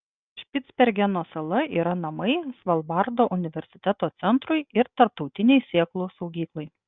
špicbergeno sala yra namai svalbardo universiteto centrui ir tarptautinei sėklų saugyklai